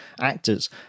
actors